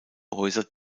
häuser